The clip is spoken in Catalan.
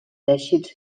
teixits